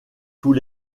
tous